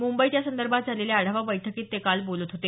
मुंबईत यासंदर्भात झालेल्या आढावा बैठकीत ते काल बोलत होते